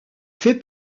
fait